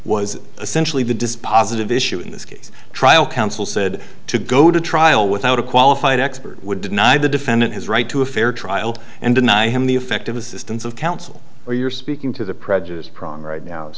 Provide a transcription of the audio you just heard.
was essentially the dispositive issue in this case trial counsel said to go to trial without a qualified expert would deny the defendant his right to a fair trial and deny him the effective assistance of counsel or you're speaking to the prejudice progress now